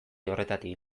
horretatik